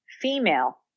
female